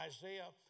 Isaiah